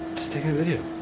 just taking a video.